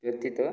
ବ୍ୟତିତ